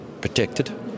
protected